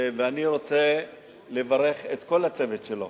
ואני רוצה לברך את כל הצוות שלו.